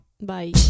Bye